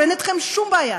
אין אתכם שום בעיה.